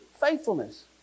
faithfulness